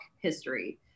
history